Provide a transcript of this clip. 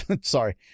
sorry